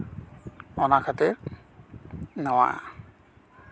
ᱚᱱᱟ ᱠᱷᱟᱹᱛᱤᱨ ᱱᱚᱣᱟ